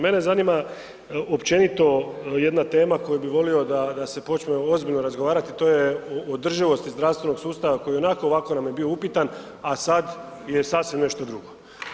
Mene zanima općenito jedna tema koju bi volio da se počne ozbiljno razgovarati, a to je održivost zdravstvenog sustava koji nam je i ovako i onako bio upitan, a sada je sasvim nešto drugo.